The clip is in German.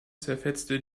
zerfetzte